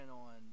on